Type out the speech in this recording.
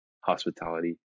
hospitality